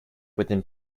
with